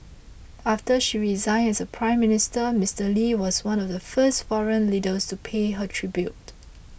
after she resigned as Prime Minister Mister Lee was one of the first foreign leaders to pay her tribute